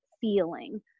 feeling